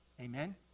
Amen